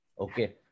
Okay